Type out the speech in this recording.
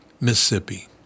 Mississippi